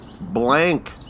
Blank